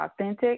authentic